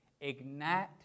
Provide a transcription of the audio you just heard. ignite